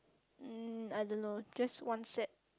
um I don't know just one set